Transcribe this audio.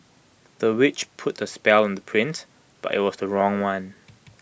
the witch put A spell on the prince but IT was the wrong one